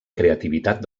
creativitat